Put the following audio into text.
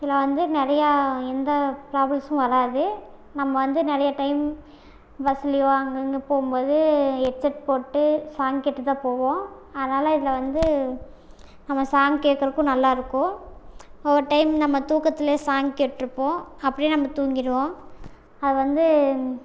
இதில் வந்து நிறையா எந்த ப்ராப்ளம்ஸும் வராது நம்ம வந்து நிறையா டைம் பஸ்லியோ அங்கங்கே போகும்போது ஹெட்செட் போட்டு சாங் கேட்டுதான் போவோம் அதனால இதில் வந்து நம்ம சாங் கேக்குறக்கும் நல்லாயிருக்கும் ஒரு டைம் நம்ம தூக்கத்துலேயே சாங் கேட்டிருப்போம் அப்படியே நம்ம தூங்கிடுவோம் அது வந்து